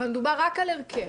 אבל דובר רק על הרכב.